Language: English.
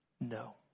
No